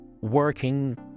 working